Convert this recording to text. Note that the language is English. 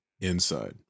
inside